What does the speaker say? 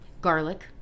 garlic